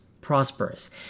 prosperous